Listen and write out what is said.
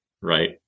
Right